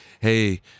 Hey